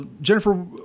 jennifer